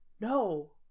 no